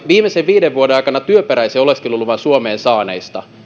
viimeisen viiden vuoden aikana työperäisen oleskeluluvan saaneista